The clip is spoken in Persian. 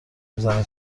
میزنه